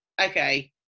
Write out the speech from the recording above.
okay